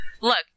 look